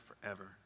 forever